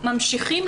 ממשיכים,